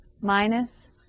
minus